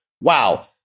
wow